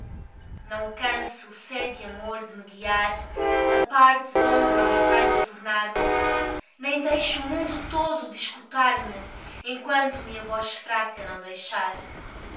não canse o cego amor de me guiar a parte donde não saiba tornar me nem deixe o mundo todo de escutar me enquanto me a voz fraca não deixar